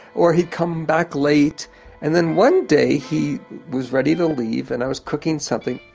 or he'd come back late and then one day, he was ready to leave, and i was cooking something.